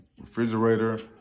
refrigerator